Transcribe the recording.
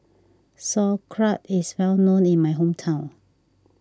Sauerkraut is well known in my hometown